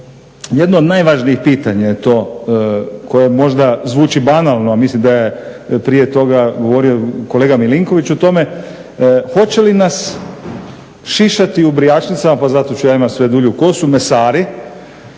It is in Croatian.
Jedno od najvažnijih pitanja je to koje možda zvuči banalno a mislim da je prije toga govorio kolega Milinković o tome, hoće li nas šišati u brijačnicama pa zato ću ja imati sve dulju kosu mesari